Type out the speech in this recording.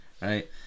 Right